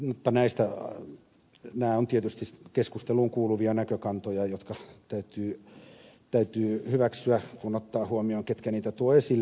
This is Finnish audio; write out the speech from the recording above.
mutta nämä ovat tietysti keskusteluun kuuluvia näkökantoja jotka täytyy hyväksyä kun ottaa huomioon ketkä niitä tuovat esille